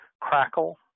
crackle